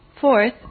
Fourth